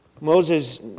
Moses